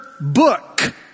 book